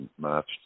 marched